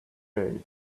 day